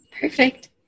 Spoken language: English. Perfect